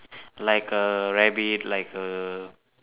like a rabbit like a